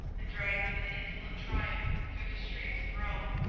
and dragged them in insolent triumph through the streets of rome,